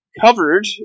covered